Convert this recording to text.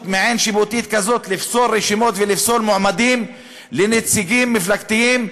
מעין-שיפוטית כזאת לפסול רשימות ולפסול מועמדים לנציגים מפלגתיים,